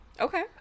Okay